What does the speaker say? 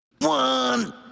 One